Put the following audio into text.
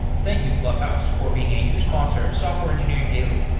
thank you clubhouse for being a new sponsor of software engineering daily